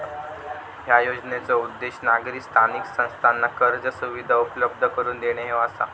या योजनेचो उद्देश नागरी स्थानिक संस्थांना कर्ज सुविधा उपलब्ध करून देणे ह्यो आसा